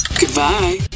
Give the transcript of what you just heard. Goodbye